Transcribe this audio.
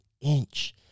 inch